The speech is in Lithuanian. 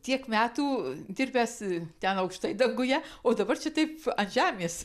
tiek metų dirbęs ten aukštai danguje o dabar čia taip ant žemės